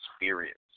experience